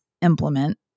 implement